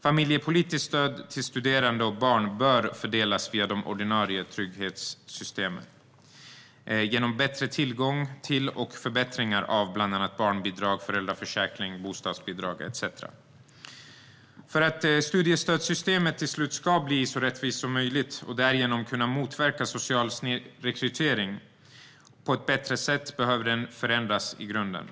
Familjepolitiskt stöd till studerande med barn bör fördelas via de ordinarie trygghetssystemen genom bättre tillgång till och förbättringar av bland annat barnbidrag, föräldraförsäkring, bostadsbidrag etcetera. För att studiestödssystemet ska bli så rättvist som möjligt och därigenom kunna motverka social snedrekrytering på ett bättre sätt behöver det förändras i grunden.